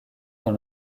dans